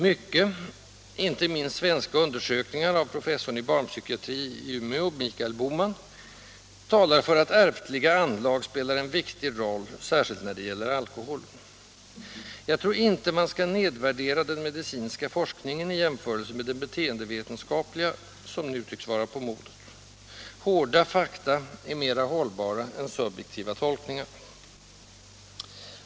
Mycket — inte minst svenska undersökningar av professorn i barnpsykiatri i Umeå, Michael Bohman -— talar för att ärftliga anlag spelar en viktig roll, särskilt när det gäller alkoholen. Jag tror inte man skall nedvärdera den medicinska forskningen i jämförelse med den beteendevetenskapliga, som nu tycks vara på modet. Hårda fakta är mera hållbara än subjektiva tolkningar.